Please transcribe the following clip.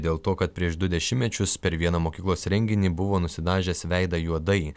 dėl to kad prieš du dešimtmečius per vieną mokyklos renginį buvo nusidažęs veidą juodai